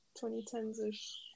2010s-ish